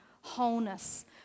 wholeness